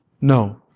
No